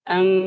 Ang